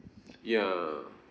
ya